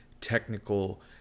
technical